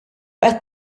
qed